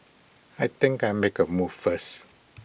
I think I'll make A move first